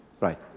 Right